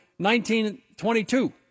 1922